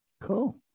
Cool